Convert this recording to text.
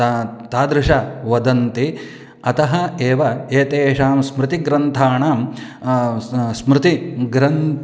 ते तादृशाः वदन्ति अतः एव एतेषां स्मृतिग्रन्थानां स्मृतिग्रन्थानां